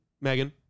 Megan